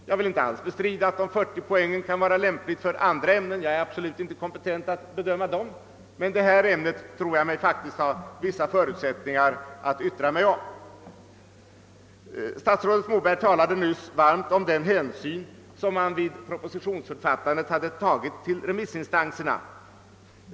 Jag vill inte alls bestrida att det kan vara lämpligt med 40 poäng för andra ämnen, där jag dock absolut inte är kompetent att bedöma frågan. Men ämnet biologi tror jag mig ha vissa förutsättningar att yttra mig om. Statsrådet Moberg talade nyss varmt om den hänsyn som vid propositionsförfattandet hade tagits till remissinstanserna.